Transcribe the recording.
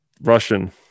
russian